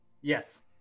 Yes